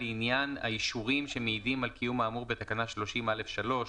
לעניין האישורים שמעידים על קיום האמור בתקנה 30(א)(3)